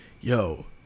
yo